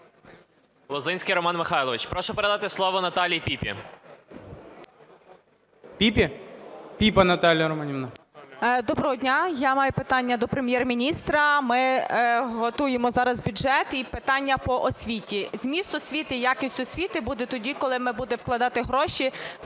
Лозинський Роман Михайлович. Прошу передати слово Наталії Піпі. ГОЛОВУЮЧИЙ. Піпі? Піпа Наталія Романівна. 11:41:44 ПІПА Н.Р. Доброго дня! Я маю питання до Прем'єр-міністра. Ми готуємо зараз бюджет і питання по освіту. Зміст освіти і якість освіти буде тоді, коли ми будемо вкладати гроші